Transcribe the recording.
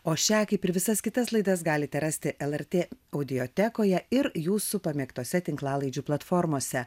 o šią kaip ir visas kitas laidas galite rasti lrt audiotekoje ir jūsų pamėgtose tinklalaidžių platformose